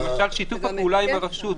למשל שיתוף פעולה עם הרשות.